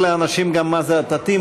התשע"ז 2017,